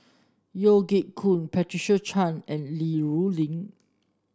Yeo Siak Goon Patricia Chan and Li Rulin